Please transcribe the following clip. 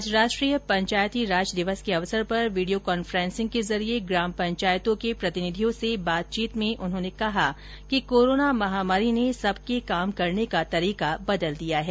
आज राष्ट्रीय पंचायत राज दिवस के अवसर पर वीडियो कांफ्रेसिंग के जरिए ग्राम पंचायतों के प्रतिनिधियों से बातचीत में उन्होंने कहा कि कोरोना महामारी ने सबके काम करने का तरीका बदल दिया है